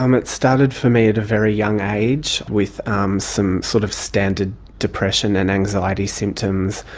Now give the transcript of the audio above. um it started for me at a very young age with um some sort of standard depression and anxiety symptoms.